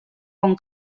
bon